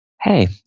Hey